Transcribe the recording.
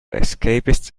escapist